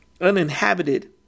uninhabited